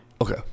Okay